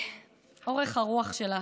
אורך הרוח שלך,